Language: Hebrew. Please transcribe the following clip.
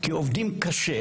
כי עובדים קשה